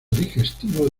digestivo